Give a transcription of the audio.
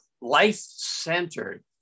life-centered